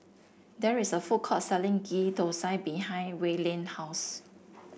there is a food court selling Ghee Thosai behind Wayland house